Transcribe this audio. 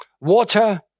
Water